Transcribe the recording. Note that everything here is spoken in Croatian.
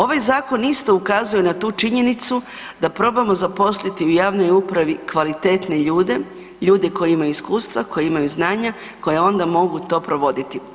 Ovaj Zakon isto ukazuje na tu činjenicu da probamo zaposliti u javnoj upravi kvalitetne ljude, ljude koji imaju iskustva, koji imaju znanja, koji onda mogu to provoditi.